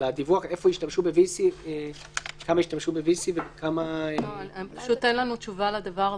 על הדיווח כמה השתמשו ב-VC וכמה --- אין לנו תשובה לדבר הזה.